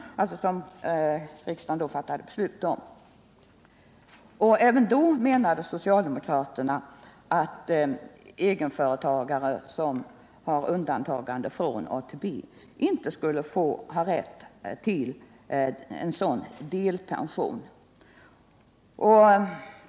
Socialdemokraterna menade att egenföretagare som har undantagande från ATP inte skulle ha rätt till en sådan delpension.